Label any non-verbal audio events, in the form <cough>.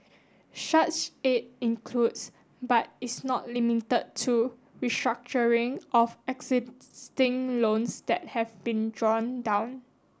such aid includes but is not limited to restructuring of <unintelligible> loans that have been drawn down